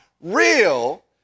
real